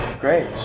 great